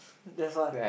that's why